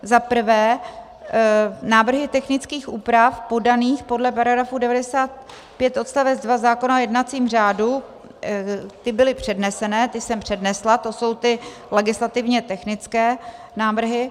Za prvé, návrhy technických úprav podaných podle § 95 odst. 2 zákona o jednacím řádu byly předneseny, ty jsem přednesla, to jsou ty legislativně technické návrhy.